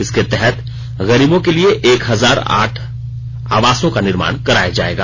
इसके तहत गरीबों के लिए एक हजार आठ आवासों का निर्माण कराया जायेगा